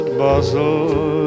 bustle